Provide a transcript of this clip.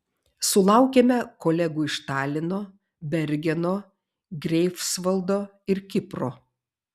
sulaukėme kolegų iš talino bergeno greifsvaldo ir kipro